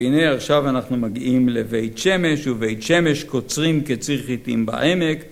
הנה עכשיו אנחנו מגיעים לבית שמש ובית שמש קוצרים קציר חיטים בעמק